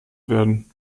werden